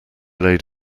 laid